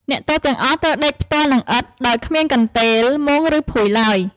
អ្នកទោសទាំងអស់ត្រូវដេកផ្ទាល់នឹងឥដ្ឋ ដោយគ្មានកន្ទេល មុង ឬភួយឡើយ។